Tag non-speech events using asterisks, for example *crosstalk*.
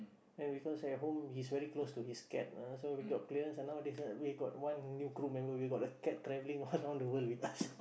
and because at home he's very close to his cat ah so we got clearance and nowadays we got one new crew member we got the cat travelling around the world with us *laughs*